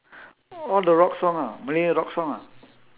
all the rock song ah malay rock song ah